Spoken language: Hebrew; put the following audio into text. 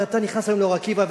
ואתה נכנס היום לאור-עקיבא,